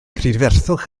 prydferthwch